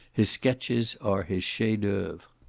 his sketches are his chef d'oeuvres.